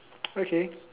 okay